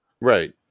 Right